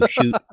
shoot